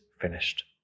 finished